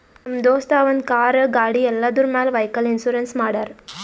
ನಮ್ ದೋಸ್ತ ಅವಂದ್ ಕಾರ್, ಗಾಡಿ ಎಲ್ಲದುರ್ ಮ್ಯಾಲ್ ವೈಕಲ್ ಇನ್ಸೂರೆನ್ಸ್ ಮಾಡ್ಯಾರ್